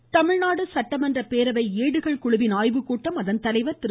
சட்டமன்ற பேரவை தமிழ்நாடு சட்டமன்ற பேரவை ஏடுகள் குழுவின் ஆய்வுக்கூட்டம் அதன் தலைவர் திரு